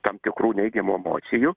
tam tikrų neigiamų emocijų